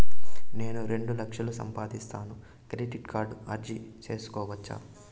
నేను రెండు లక్షలు సంపాదిస్తాను, క్రెడిట్ కార్డుకు అర్జీ సేసుకోవచ్చా?